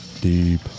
Deep